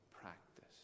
practice